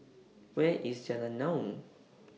Where IS Jalan Naung